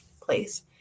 place